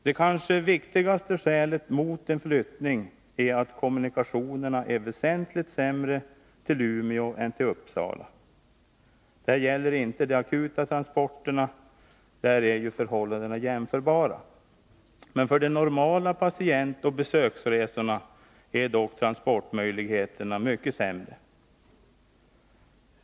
Det kanske viktigaste skälet mot en flyttning är att kommunikationerna är väsentligt sämre till Umeå än till Uppsala. Detta gäller inte de akuta transporterna. Där är förhållandena jämförbara. För de normala patientoch besöksresorna är dock transportmöjligheterna mycket sämre.